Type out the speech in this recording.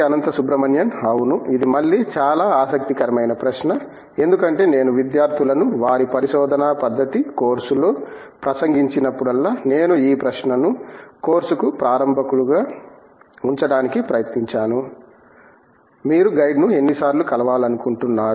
అనంత సుబ్రమణియన్ అవును ఇది మళ్ళీ చాలా ఆసక్తికరమైన ప్రశ్న ఎందుకంటే నేను విద్యార్థులను వారి పరిశోధనా పద్దతి కోర్సులో ప్రసంగించినప్పుడల్లా నేను ఈ ప్రశ్నను కోర్సుకు ప్రారంభకులుగా ఉంచడానికి ప్రయత్నించాను మీరు గైడ్ను ఎన్నిసార్లు కలవాలానుకుంటున్నారు